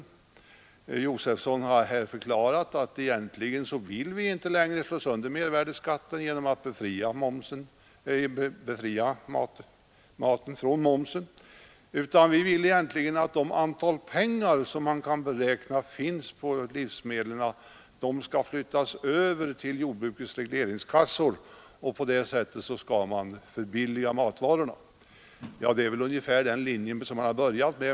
Herr Josefson har ju här förklarat att man egentligen inte längre vill slå sönder mervärdeskatten genom att befria maten från moms, utan man vill att det antal kronor som kan beräknas inflyta på livsmedlen skall flyttas över till jordbrukets regleringskassor. På det sättet skall matvarorna förbilligas. Ja, det är väl ungefär den linjen som man nu slagit in på.